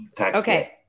okay